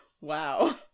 wow